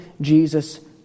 Jesus